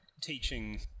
teaching